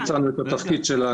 אנחנו ביצענו את התפקיד שלנו.